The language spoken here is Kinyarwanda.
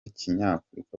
kinyafurika